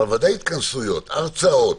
אבל בוודאי התכנסויות, הרצאות,